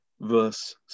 Verse